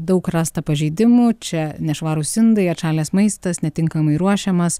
daug rasta pažeidimų čia nešvarūs indai atšalęs maistas netinkamai ruošiamas